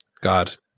God